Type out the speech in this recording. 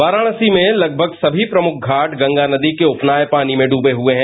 वाराणसी में लगभग सभी प्रमुख घाट गंगा नदी के उफनाए पानी में डूबे हुए हैं